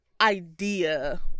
idea